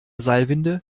seilwinde